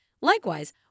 Likewise